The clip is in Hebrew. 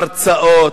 הרצאות,